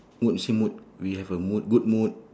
mood see mood we have a mood good mood